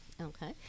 Okay